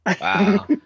Wow